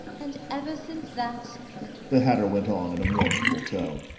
and ever since that the hatter went on in a mournful tone,